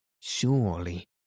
Surely